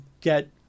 get